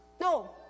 No